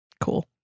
Cool